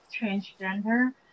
transgender